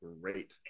great